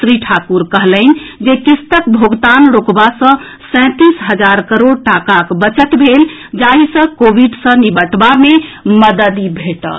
श्री ठाकुर कहलनि जे किस्तक भोगतान रोकबा सँ सैंतीस हजार करोड़ टाकाक बचत भेल जाहि सँ कोविड सँ निबटबा मे मददि भेटल